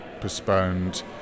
postponed